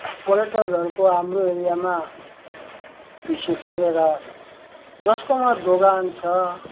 पर्यटकहरूको हाम्रो एरियामा विशेष गरेर जसकोमा दोकान छ